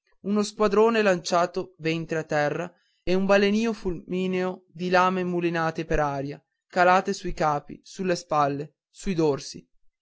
uno squadrone lanciato ventre a terra e un balenìo fulmineo di lame mulinate per aria calate sui capi sulle spalle sui dorsi